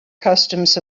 customs